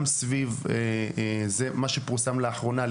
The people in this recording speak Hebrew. גם סביב מה שפורסם לאחרונה,